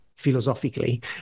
philosophically